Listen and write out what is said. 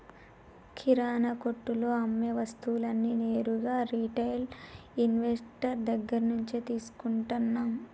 కిరణా కొట్టులో అమ్మే వస్తువులన్నీ నేరుగా రిటైల్ ఇన్వెస్టర్ దగ్గర్నుంచే తీసుకుంటన్నం